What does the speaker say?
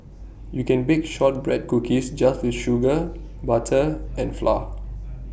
you can bake Shortbread Cookies just with sugar butter and flour